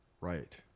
Right